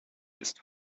ist